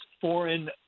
foreign